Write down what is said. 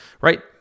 right